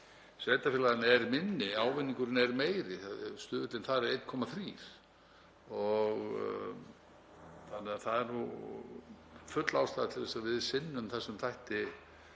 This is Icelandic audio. sveitarfélaganna er minni, ávinningurinn er meiri. Stuðullinn þar er 1,3 þannig að það er nú full ástæða til að við sinnum þessum þætti